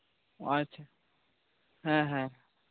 ᱚ ᱟᱪᱪᱷᱟ ᱦᱮᱸ ᱦᱮᱸ